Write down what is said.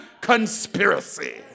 conspiracy